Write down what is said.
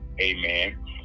amen